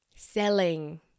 Selling